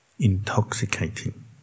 intoxicating